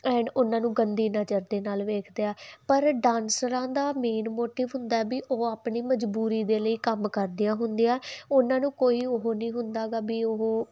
and ਉਹਨਾਂ ਨੂੰ ਗੰਦੀ ਨਜ਼ਰ ਦੇ ਨਾਲ ਵੇਖਦੇ ਆ ਪਰ ਡਾਂਸਰਾਂ ਦਾ ਮੇਨ ਮੋਟਿਵ ਹੁੰਦਾ ਵੀ ਉਹ ਆਪਣੀ ਮਜਬੂਰੀ ਦੇ ਲਈ ਕੰਮ ਕਰਦੀਆਂ ਹੁੰਦੀਆਂ ਉਹਨਾਂ ਨੂੰ ਕੋਈ ਉਹ ਨਹੀਂ ਹੁੰਦਾ ਗਾ ਵੀ ਉਹ